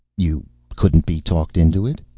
you couldn't be talked into it?